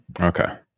Okay